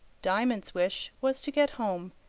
diamond's wish was to get home,